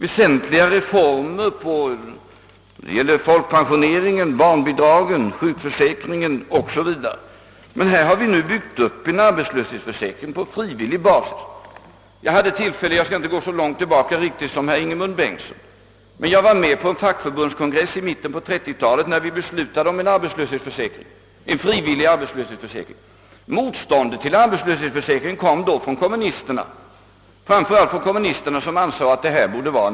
väsentliga reformer 'i fråga..om folkpensioneringen, SER ger ringen 0. s.v. Här har vi pmellentid: byggt upp en: arbetslöshetsförsäkring på frivillig: basis. Jag skall inte gå så långt tillbaka: som herr Ingemund Bengtsson, men jag var med på: en. fackförbundskongress i mitten av 1930-talet då vi beslutade om en = frivillig = arbetslöshetsförsäkring. Motståndet mot denna kom framför allt från kommunisterna, som menade att försäkringen borde vara .